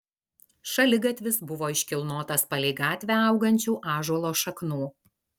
šaligatvis buvo iškilnotas palei gatvę augančių ąžuolo šaknų